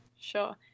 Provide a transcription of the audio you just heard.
Sure